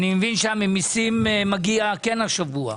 אני מבין שהמיסים כן מגיע השבוע.